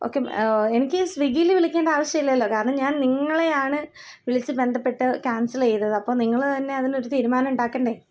okay എനിക്ക് സ്വിഗ്ഗിയില് വിളിക്കേണ്ട ആവശ്യമില്ലല്ലോ കാരണം ഞാൻ നിങ്ങളെ ആണ് വിളിച്ച് ബന്ധപ്പെട്ട് ക്യാൻസെലെയ്തത് അപ്പോള് നിങ്ങള് തന്നെ അതിനൊരു തീരുമാനം ഉണ്ടാക്കണ്ടേ